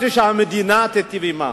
וחשבתי שהמדינה תיטיב עמם.